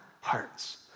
hearts